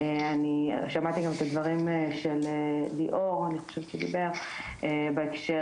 שמעתי גם את הדברים של ליאור שדיבר בהקשר